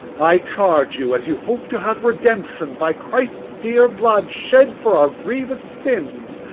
i charge you, as you hope to have redemption by christ's dear blood shed for our grievous sins,